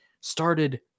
started